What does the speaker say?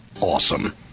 Awesome